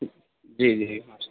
جی جی ماشاء اللہ